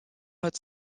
hat